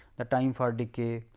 the time for decay.